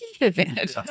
advantage